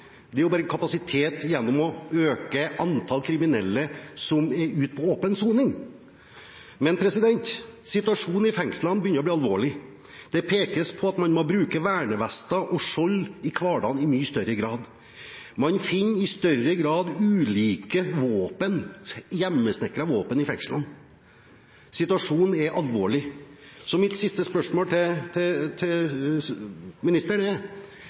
det er bare en økt kapasitet gjennom å øke antall kriminelle som er ute på åpen soning. Situasjonen i fengslene begynner å bli alvorlig. Det pekes på at man i mye større grad må bruke vernevester og skjold i hverdagen. Man finner i større grad ulike våpen, hjemmesnekrede våpen, i fengslene. Situasjonen er alvorlig. Så mitt siste spørsmål til ministeren er: Vil ministeren